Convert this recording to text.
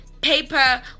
paper